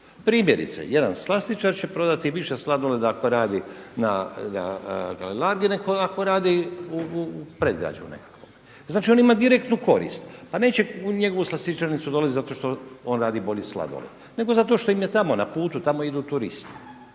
Primjerice jedan slastičar će prodati više sladoleda ako radi na Kalelargi, nego ako radi u predgrađu nekakvome. Znači on ima direktnu korist. Pa neće u njegovu slastičarnicu dolaziti zato što on radi bolji sladoled nego zato što im je tamo na putu, tamo idu turisti.